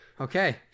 Okay